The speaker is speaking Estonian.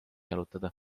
jalutada